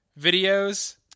videos